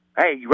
Hey